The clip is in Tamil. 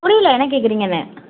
புரியல என்ன கேட்குறீங்கன்னு